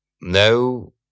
no